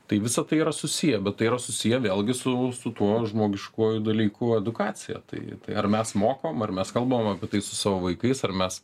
tai visa tai yra susiję bet tai yra susiję vėlgi su su tuo žmogiškuoju dalykų edukacija tai tai ar mes mokom ar mes kalbam apie tai su savo vaikais ar mes